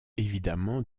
évidemment